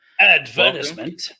Advertisement